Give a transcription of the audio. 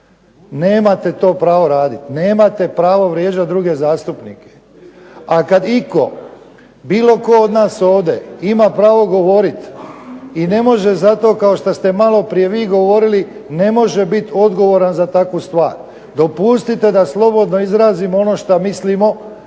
nemate to pravo raditi, nemate pravo vrijeđati druge zastupnike. A kada itko bilo tko od nas ovdje ima pravo govoriti i ne može zato kao što ste vi malo prije govorili, ne može biti odgovoran za tu stvar. dopustite da slobodno izrazim ono što mislimo